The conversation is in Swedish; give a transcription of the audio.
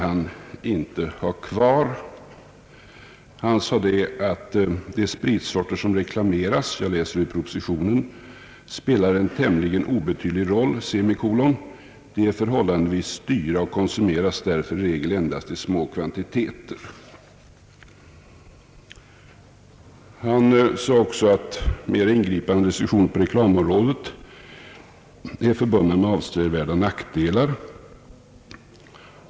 Han sade vidare att de spritsorter som reklameras spelar en tämligen obetydlig roll; de är förhållandevis dyra och konsumeras därför i regel endast i små kvantiteter. Mera ingripande sanktioner på reklamområdet, menade han, är förbundna med avsevärda nackdelar.